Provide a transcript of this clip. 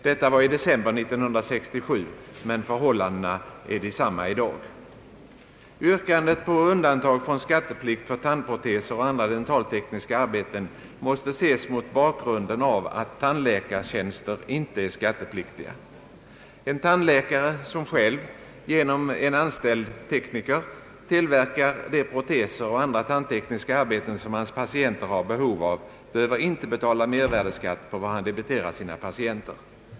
Detta var i december 1967, och förhållandena är desamma i dag. Yrkandet på undantag från skatteplikt för tandproteser och andra dentaltekniska arbeten måste ses mot bakgrunden av att tandläkartjänster inte är skattepliktiga. En tandläkare som själv — genom en anställd tekniker — tillverkar de proteser och andra tandtekniska arbeten, som hans patienter har behov av, behöver inte betala mervärdeskatt på vad han debiterar sina patienter.